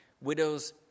Widows